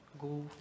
go